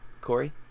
Corey